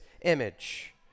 image